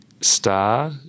star